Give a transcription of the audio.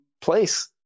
place